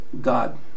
god